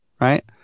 Right